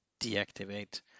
deactivate